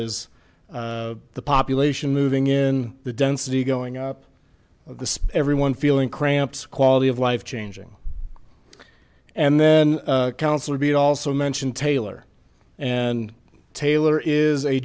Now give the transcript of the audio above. is the population moving in the density going up the everyone feeling cramps quality of life changing and then counselor beat also mentioned taylor and taylor is a